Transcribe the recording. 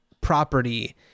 property